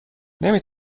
نمی